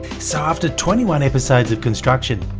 so after twenty one episodes of construction,